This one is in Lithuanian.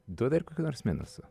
duoda dar kokių nors minusų